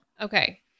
Okay